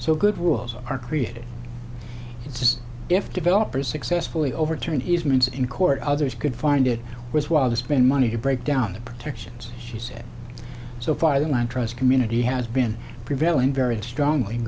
so good rules are created it's just if developers successfully overturned easements in court others could find it was while they spend money to break down the protections she said so far the land trust community has been prevailing very strongly